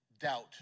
doubt